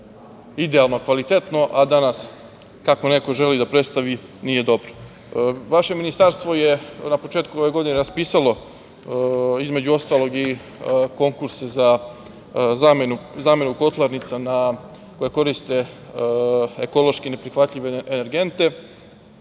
idealno kvalitetno, a danas, kako neko želi da predstavi nije dobro. Vaše Ministarstvo je na početku ove godine raspisalo između ostalog i konkurse za zamenu kotlarnica koje koriste ekološki neprihvatljive energente,